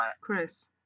Chris